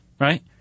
Right